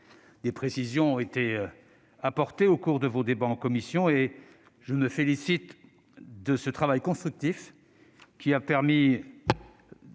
Des précisions ont été apportées au cours de vos débats en commission ; je me félicite de ce travail constructif : il a permis